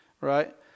Right